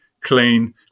clean